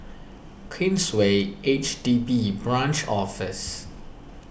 Queensway H D B Branch Office